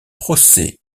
procès